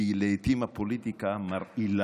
כי לעיתים הפוליטיקה מרעילה,